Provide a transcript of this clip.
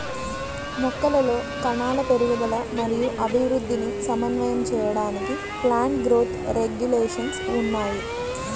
మొక్కలలో కణాల పెరుగుదల మరియు అభివృద్ధిని సమన్వయం చేయడానికి ప్లాంట్ గ్రోత్ రెగ్యులేషన్స్ ఉన్నాయి